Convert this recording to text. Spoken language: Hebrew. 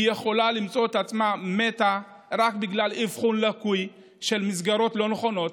היא יכולה למצוא את עצמה מתה רק בגלל אבחון לקוי של מסגרות לא נכונות.